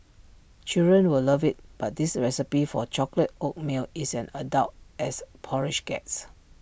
children will love IT but this recipe for A chocolate oatmeal is an adult as porridge gets